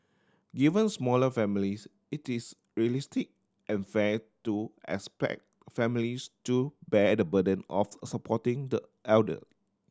given smaller families it is realistic and fair to expect families to bear the burden of supporting the elder